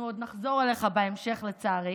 אנחנו עוד נחזור אליך בהמשך, לצערי.